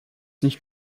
nicht